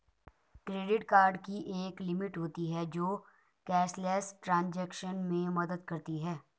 credit card की एक limit होती है जो कैशलेस ट्रांज़ैक्शन में मदद करती है